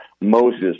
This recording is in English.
Moses